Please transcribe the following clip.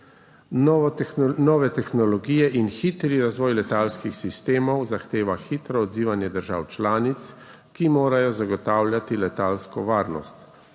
Nove tehnologije in hitri razvoj letalskih sistemov zahtevajo hitro odzivanje držav članic, ki morajo zagotavljati letalsko varnost.